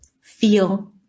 feel